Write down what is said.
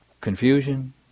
confusion